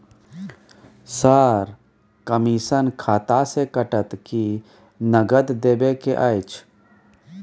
Sir, commission खाता से कटत कि नगद देबै के अएछ?